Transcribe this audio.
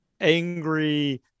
angry